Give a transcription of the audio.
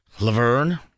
Laverne